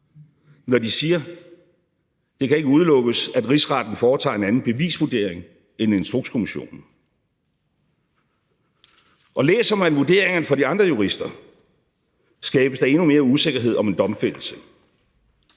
når de siger, at det ikke kan udelukkes, at Rigsretten foretager en anden bevisvurdering end Instrukskommissionen? Og læser man vurderingerne fra de andre jurister, skabes der endnu mere usikkerhed om en domfældelse.